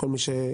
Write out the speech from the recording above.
כל מי שיודע,